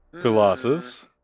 Colossus